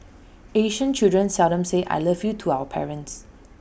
Asian children seldom say 'I love you' to our parents